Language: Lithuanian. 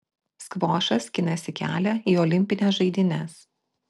skvošas skinasi kelią į olimpines žaidynes